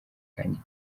kanjye